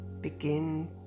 begin